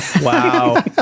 wow